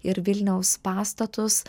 ir vilniaus pastatus